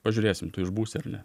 pažiūrėsim tu išbūsi ar ne